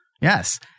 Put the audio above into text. yes